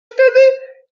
wtedy